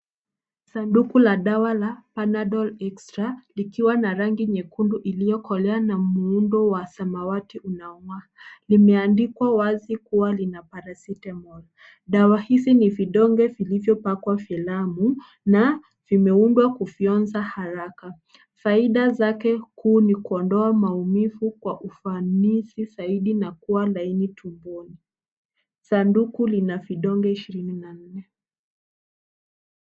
Sanduku la dawa la panadol extra likiwa na rangi nyekundu iliyokolea na muundo wa samawati unaongaa. Limeandikwa wazi kuwa lina paracetamol. Dawa hizi ni vidonge vilivyopakwa filamu na vimeundwa kufyonza haraka. Faida zake kuu ni kuondoa maumivu kwa ufanisi zaidi na kuwa laini tumboni. Sanduku lina vidonge ishirini na nne.